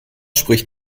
spricht